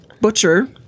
Butcher